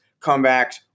comebacks